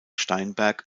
steinberg